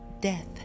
death